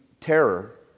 terror